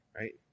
Right